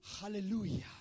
Hallelujah